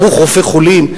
ברוך רופא חולים.